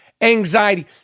anxiety